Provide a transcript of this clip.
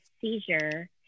seizure